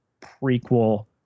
prequel